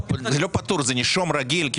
זה לא פטור, זה נישום רגיל.